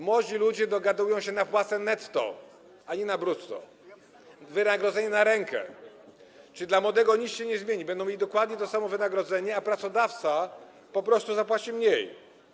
Młodzi ludzie dogadują się co do płacy netto, a nie brutto, co do wynagrodzenia na rękę, czyli dla młodego nic się nie zmieni, będą mieli dokładnie to samo wynagrodzenie, a pracodawca po prostu zapłaci mniej.